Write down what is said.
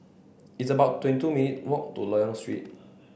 it's about twenty two minutes' walk to Loyang Street